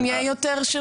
יהיה יותר שירות לאזרחים?